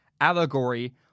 allegory